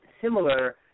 similar